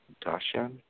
Dasha